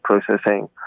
processing